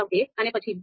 1 અને પછી 0